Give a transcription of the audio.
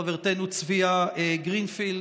חברתנו צביה גרינפילד,